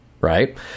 Right